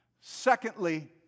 Secondly